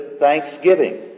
thanksgiving